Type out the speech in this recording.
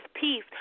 peace